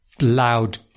loud